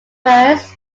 first